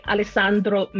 Alessandro